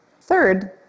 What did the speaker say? Third